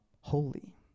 holy